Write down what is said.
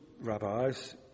rabbis